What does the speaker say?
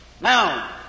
Now